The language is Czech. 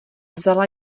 vzala